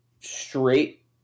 straight